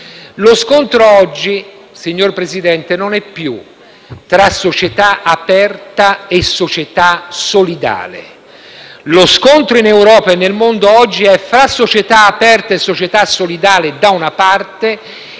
Lo scontro oggi, signor Presidente, non è più tra società aperta e società solidale. Lo scontro in Europa e nel mondo oggi è fra società aperte e società solidali, da una parte,